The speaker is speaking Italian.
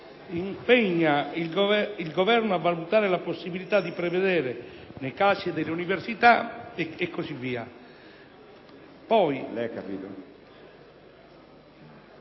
impegna il Governo a valutare la possibilità di prevedere, nei casi delle università il cui